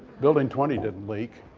building twenty didn't leak.